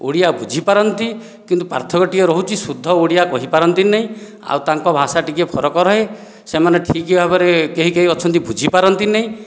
ଓଡ଼ିଆ ବୁଝିପାରନ୍ତି କିନ୍ତୁ ପାର୍ଥକ୍ୟ ଟିକିଏ ରହୁଛି ଶୁଦ୍ଧ ଓଡ଼ିଆ କହିପାରନ୍ତି ନାହିଁ ଆଉ ତାଙ୍କ ଭାଷା ଟିକିଏ ଫରକ ରୁହେ ସେମାନେ ଠିକ ଭାବରେ କେହି କେହି ଅଛନ୍ତି ବୁଝିପାରନ୍ତି ନାହିଁ